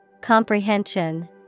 Comprehension